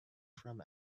from